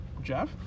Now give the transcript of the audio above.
Jeff